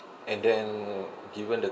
and then given the